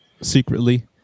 secretly